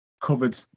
covered